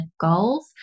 Goals